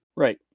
Right